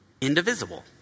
indivisible